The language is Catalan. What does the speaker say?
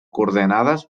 coordenades